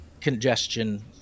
congestion